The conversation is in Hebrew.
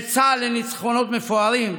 ואת צה"ל, לניצחונות מפוארים,